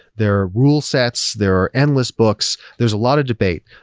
there are rule sets. there are endless books. there's a lot of debate.